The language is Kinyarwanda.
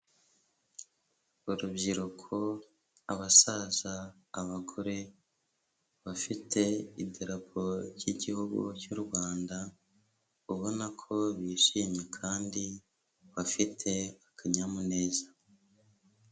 Urubyiruko, abasaza, abagore bafite idarapo ry'igihugu cy'u Rwanda, ubona ko bishimye kandi bafite akanyamuneza.